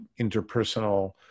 interpersonal